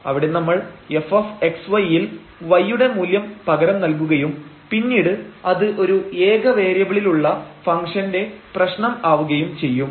അവിടെ നമ്മൾ fx y യിൽ y യുടെ മുല്യം പകരം നൽകുകയും പിന്നീട് അത് ഒരു ഏക വേരിയബിളിൽ ഉള്ള ഫംഗ്ഷന്റെപ്രശ്നം ആവുകയും ചെയ്യും